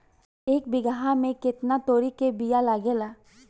एक बिगहा में केतना तोरी के बिया लागेला?